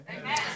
Amen